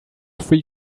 free